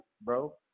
bro